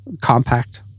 Compact